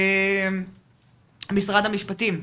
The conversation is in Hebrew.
משרד המשפטים,